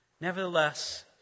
Nevertheless